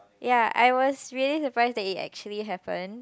ya I was really surprised that it actually happened